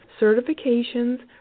certifications